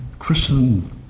Christian